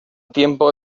tiempo